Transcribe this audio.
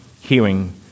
hearing